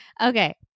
Okay